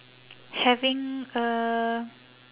having a